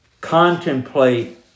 Contemplate